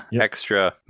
extra